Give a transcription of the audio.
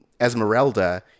Esmeralda